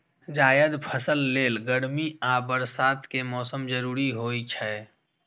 जायद फसल लेल गर्मी आ बरसात के मौसम जरूरी होइ छै